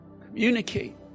Communicate